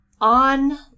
on